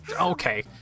Okay